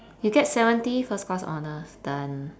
you get seventy first class honours done